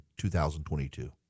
2022